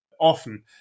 Often